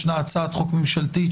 ישנה הצעת חוק ממשלתית,